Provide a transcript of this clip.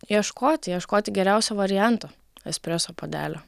ieškoti ieškoti geriausio varianto espreso puodelio